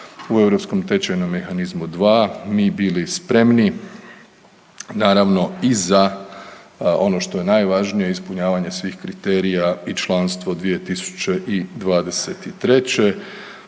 dvogodišnji staž u ERM II mi bili spremni. Naravno i za ono što je najvažnije, ispunjavanje svih kriterija i članstvo 2023.